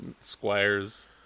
Squire's